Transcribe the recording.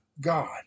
God